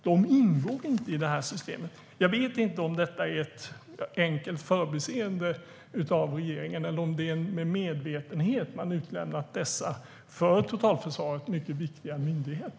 De ingår inte i systemet. Jag vet inte om detta är enkelt förbiseende av regeringen eller om det är med medvetenhet som man har utelämnat dessa för totalförsvaret mycket viktiga myndigheter.